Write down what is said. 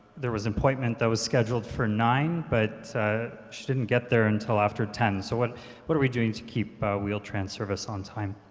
there was an appointment that was scheduled for nine but she didn't get there until after ten zero, so what what are we doing to keep wheel-trans service on time?